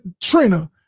trina